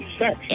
sex